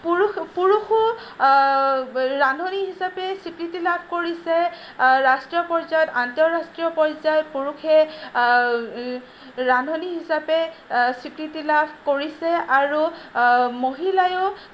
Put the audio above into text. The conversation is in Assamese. পুৰুষো পুৰুষো ৰান্ধনি হিচাপে স্বীকৃতি লাভ কৰিছে ৰাষ্ট্ৰীয় পৰ্যায়ত আন্তঃৰাষ্ট্ৰীয় পৰ্যায়ত পুৰুষে ৰান্ধনি হিচাপে স্বীকৃতি লাভ কৰিছে আৰু মহিলায়ো